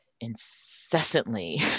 incessantly